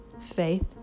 faith